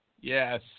Yes